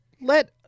let